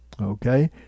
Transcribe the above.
okay